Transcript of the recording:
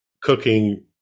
cooking